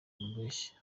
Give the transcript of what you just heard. wamubeshya